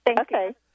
Okay